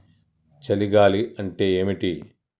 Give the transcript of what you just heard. చలి గాలి అంటే ఏమిటి?